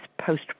post